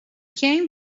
came